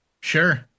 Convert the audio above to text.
Sure